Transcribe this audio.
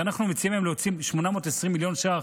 כשאנחנו מציעים היום להוציא 820 מיליון שקלים,